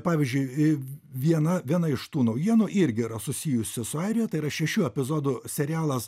pavyzdžiui viena viena iš tų naujienų irgi yra susijusi su airija tai yra šešių epizodų serialas